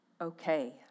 okay